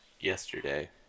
yesterday